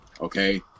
okay